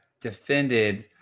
defended